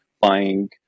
buying